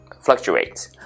fluctuates